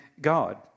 God